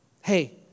Hey